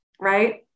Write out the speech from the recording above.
right